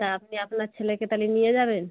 তা আপনি আপনার ছেলেকে তাহলে নিয়ে যাবেন